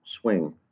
swing